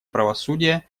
правосудия